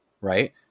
right